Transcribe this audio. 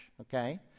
okay